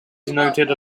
denoted